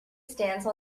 stance